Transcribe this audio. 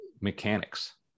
mechanics